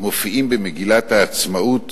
מופיעים במגילת העצמאות